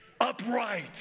upright